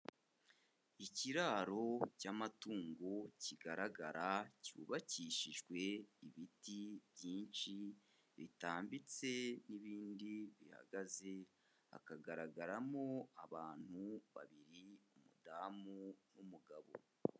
Ikiraro cy'amatungo kigaragara cyubakishijwe ibiti byinshi bitambitse n'ibindi bihagaze, hakagaragaramo abantu babiri umudamu n'umugabo.